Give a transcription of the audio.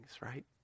right